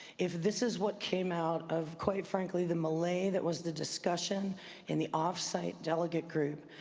if this is what came out of, quite frankly, the malay that was the discussion in the off-site delegate group,